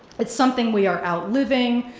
it's something we are outliving,